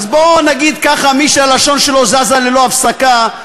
אז בוא נגיד ככה: מי שהלשון שלו זזה ללא הפסקה,